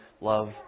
love